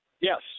Yes